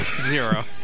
Zero